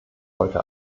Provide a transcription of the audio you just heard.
heute